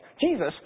Jesus